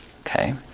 Okay